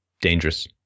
dangerous